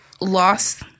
lost